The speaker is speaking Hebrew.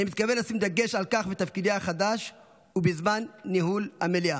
אני מתכוון לשים דגש על כך בתפקידי החדש ובזמן ניהול המליאה.